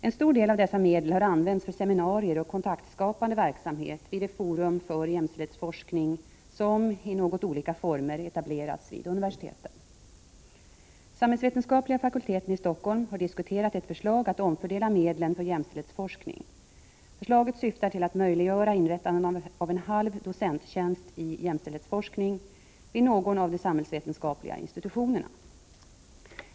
En stor del av dessa medel har använts för seminarier och kontaktskapande verksamhet vid de forum för jämställdhets forskning som i något olika former etablerats vid universiteten. Samhällsvetenskapliga fakultetsnämnden i Stockholm har diskuterat ett förslag att omfördela medlen för jämställdhetsforskning. Förslaget syftar till att möjliggöra inrättande av en halv docenttjänst i jämställdhetsforskning vid någon av de samhällsvetenskapliga institutionerna.